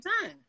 time